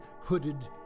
hooded